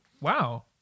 Wow